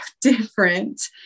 different